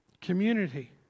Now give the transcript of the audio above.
Community